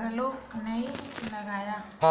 घलोक नइ लागय